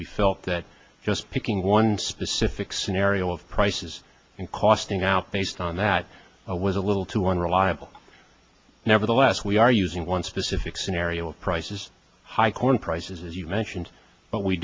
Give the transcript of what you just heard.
we felt that just picking one specific scenario of prices and costing out based on that was a little too unreliable nevertheless we are using one specific scenario of prices high corn prices as you mentioned but we